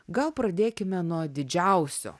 gal pradėkime nuo didžiausio